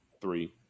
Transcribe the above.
three